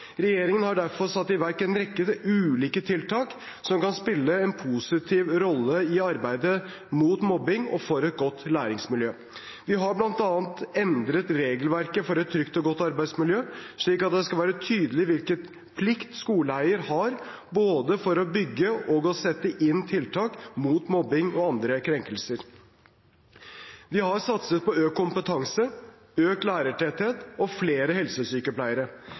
Regjeringen har derfor satt i verk en rekke ulike tiltak som kan spille en positiv rolle i arbeidet mot mobbing og for et godt læringsmiljø. Vi har bl.a. endret regelverket for et trygt og godt arbeidsmiljø, slik at det skal være tydelig hvilken plikt skoleeier har for både å bygge og sette inn tiltak mot mobbing og andre krenkelser. Vi har satset på økt kompetanse, økt lærertetthet og flere helsesykepleiere.